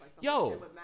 Yo